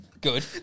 Good